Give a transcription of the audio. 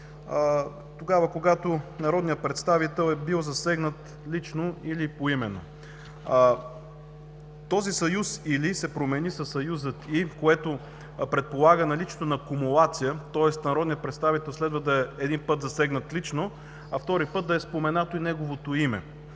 тогава, когато народният представител е бил засегнат лично или поименно. Този съюз „или“ се промени със съюза „и“, което предполага наличието на кумулация, тоест народният представител следва да е един път засегнат лично, втори път да е споменато и неговото име,